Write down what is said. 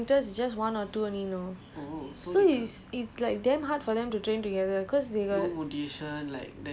as long as you are doing it together with people lah I I know some track teams ah the sprinters is just one or two only know